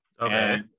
Okay